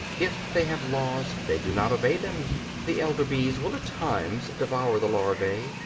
if they have laws, they do not obey them the elder bees will at times devour the larvae,